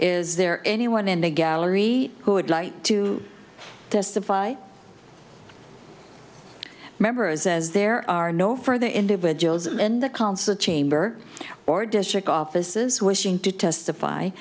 is there anyone in the gallery who would like to testify members as there are no further individuals in the concert chamber or district offices wishing to testify